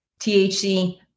THC